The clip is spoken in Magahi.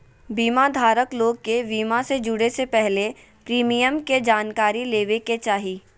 बीमा धारक लोग के बीमा से जुड़े से पहले प्रीमियम के जानकारी लेबे के चाही